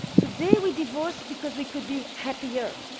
today we divorce because we could be happier.